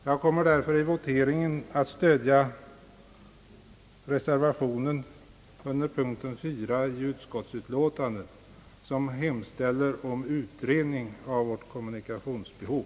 Jag kommer därför i voteringen att stödja reservationen b vid punkten 4 i utskottsutlåtandet, i vilken hemställes om utredning av vårt kommunikationsbehov.